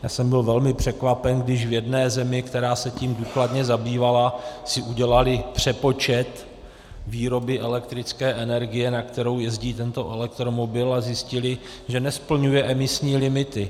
Já jsem byl velmi překvapen, když v jedné zemi, která se tím důkladně zabývala, si udělali přepočet výroby elektrické energie, na kterou jezdí tento elektromobil, a zjistili, že nesplňuje emisní limity.